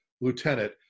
Lieutenant